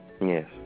Yes